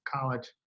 college